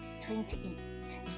twenty-eight